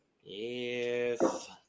Yes